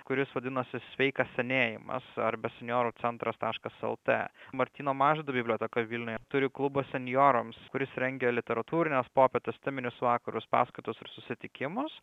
kuris vadinasi sveikas senėjimas arba senjorų centras taškas lt martyno mažvydo biblioteka vilniuje turi klubą senjorams kuris rengia literatūrines popietes teminius vakarus paskaitas ir susitikimus